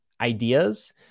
ideas